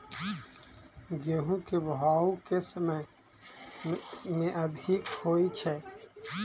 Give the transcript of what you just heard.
गेंहूँ केँ भाउ केँ समय मे अधिक होइ छै?